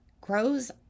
grows